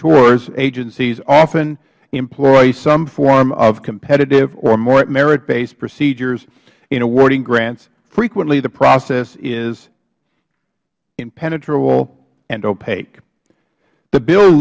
r agencies often employ some form of competitive or merit based procedures in awarding grants frequently the process is impenetrable and opaque the bill